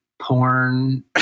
porn